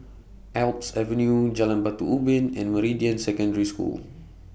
Alps Avenue Jalan Batu Ubin and Meridian Secondary School